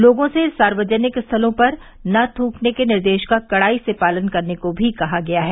लोगों से सार्वजनिक स्थलों पर न थुकने के निर्देश का कड़ाई से पालन करने को भी कहा गया है